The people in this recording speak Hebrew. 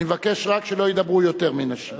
אני מבקש רק שלא ידברו יותר מנשים.